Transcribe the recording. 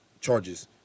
charges